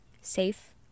safe